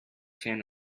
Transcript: fan